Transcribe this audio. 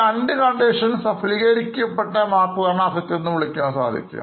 രണ്ട് Conditions സഫലീകരിക്ക പെട്ടാൽ മാത്രമാണ് Assets എന്നത് വിളിക്കുവാൻ പറ്റുക